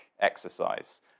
exercise